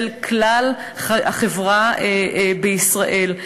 של כלל החברה בישראל.